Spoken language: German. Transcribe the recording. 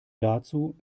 dazu